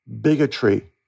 bigotry